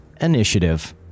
initiative